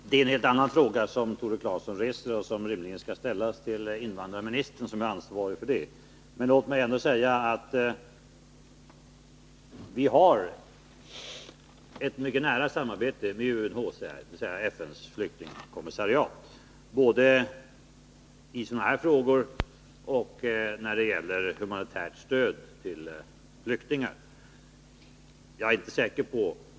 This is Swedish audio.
Herr talman! Det är en helt annan fråga som Tore Claeson reser och som rimligen skall ställas till invandrarministern, som är ansvarig för detta. Låt mig ändå säga att vi har ett mycket nära samarbete med UNHCR, dvs. FN:s flyktingkommissariat, både i sådana här frågor och när det gäller humanitärt stöd till flyktingar.